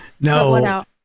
No